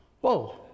Whoa